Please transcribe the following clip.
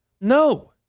No